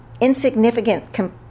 insignificant